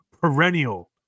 perennial